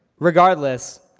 regardless,